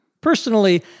Personally